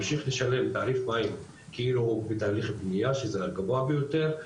ממשיך לשלם תעריף מים כאילו הוא בתהליך בנייה שזה הגבוה ביותר,